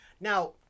Now